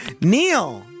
Neil